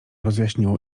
rozjaśniło